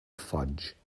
fudge